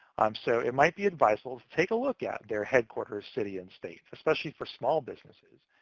um so it might be advisable to take a look at their headquarters city and state, especially for small businesses,